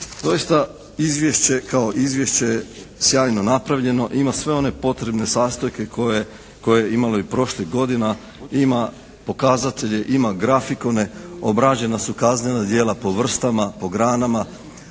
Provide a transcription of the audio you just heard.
Doista izvješće kao izvješće sjajno napravljeno ima sve one potrebne sastojke koje je imalo i prošlih godina. Ima pokazatelje, ima grafikone, obrađena su kaznena djela po vrstama, po granama,